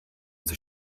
coś